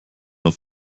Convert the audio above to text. auf